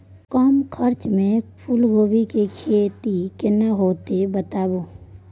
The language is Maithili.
कम खर्चा में फूलकोबी के खेती केना होते बताबू?